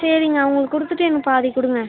சரிங்க அவங்களுக்கு கொடுத்துட்டு எனக்கு பாதி கொடுங்க